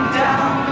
down